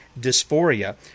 dysphoria